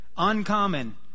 uncommon